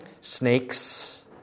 Snakes